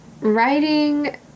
writing